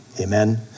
Amen